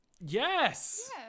Yes